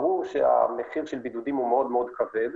ברור שהמחיר של בידודים הוא מאוד מאוד כבד,